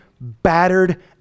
battered